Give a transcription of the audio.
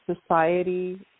society